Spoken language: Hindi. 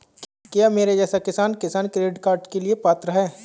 क्या मेरे जैसा किसान किसान क्रेडिट कार्ड के लिए पात्र है?